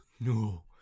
No